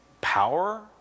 power